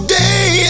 day